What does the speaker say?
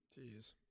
Jeez